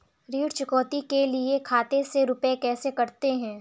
ऋण चुकौती के लिए खाते से रुपये कैसे कटते हैं?